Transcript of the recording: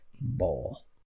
bowl